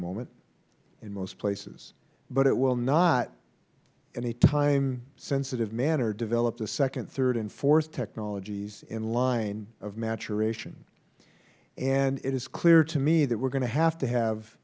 moment in most places but it will not in a time sensitive manner develop the second third and fourth technologies in line of maturation and it is clear to me that we are going to have to have